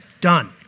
Done